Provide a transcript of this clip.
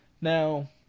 Now